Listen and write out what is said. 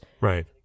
Right